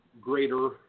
greater